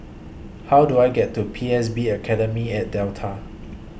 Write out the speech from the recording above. How Do I get to P S B Academy At Delta